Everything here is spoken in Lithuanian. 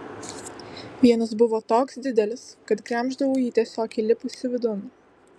vienas buvo toks didelis kad gremždavau jį tiesiog įlipusi vidun